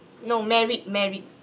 no married married